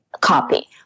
copy